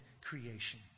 creation